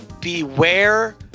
Beware